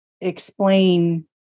explain